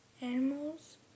Animals